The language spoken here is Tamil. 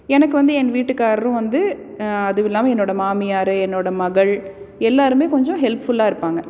எனக்கு வந்து என் வீட்டுக்காரரும் வந்து அதுவும் இல்லாமல் என்னோட மாமியார் என்னோட மகள் எல்லோருமே கொஞ்சம் ஹெல்ப்ஃபுல்லாக இருப்பாங்க